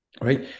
right